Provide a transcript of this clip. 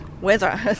weather